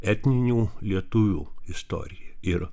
etninių lietuvių istoriją ir